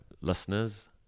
listeners